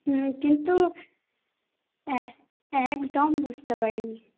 হুম কিন্তু অ্যাহ একদম বুঝতে পারি নি